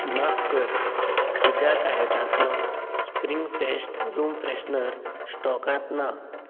माफ कर तुज्या कार्टांतलो स्प्रिंग फेस्ट रूम फ्रेशनर स्टॉकांत ना